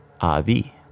avi